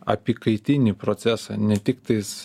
apykaitinį procesą ne tik tais